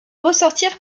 ressortir